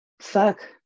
fuck